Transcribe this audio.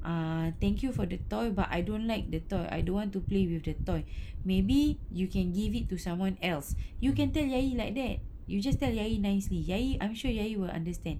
err thank you for the toy but I don't like the toy I don't want to play with the toy maybe you can give it to someone else you can tell ayi like that you just tell ayi nicely ayi I'm sure ayi will understand